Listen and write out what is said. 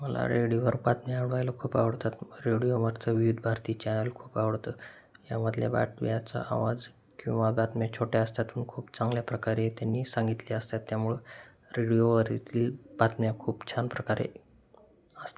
मला रेडिओवर बातम्या आवडायला खूप आवडतात रेडिओवरचं विविध भारती चॅनल खूप आवडतं यामधल्या बातम्याचा आवाज किंवा बातम्या छोट्या असतात पण खूप चांगल्या प्रकारे त्यांनी सांगितले असतात त्यामुळे रेडिओवरील बातम्या खूप छान प्रकारे असतात